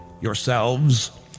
yourselves